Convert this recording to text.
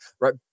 right